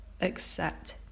accept